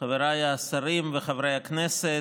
חבריי השרים וחברי הכנסת,